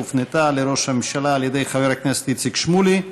שהופנתה לראש הממשלה על ידי חבר הכנסת איציק שמולי.